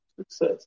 Success